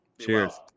Cheers